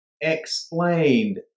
explained